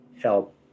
help